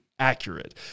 accurate